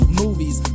movies